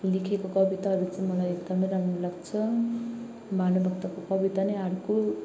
लेखेको कविताहरू चाहिँ मलाई एकदम राम्रो लाग्छ नि भानुभक्तको कविता नै अर्को